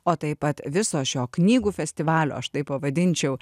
o taip pat viso šio knygų festivalio aš tai pavadinčiau